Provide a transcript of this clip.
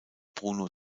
bruno